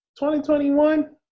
2021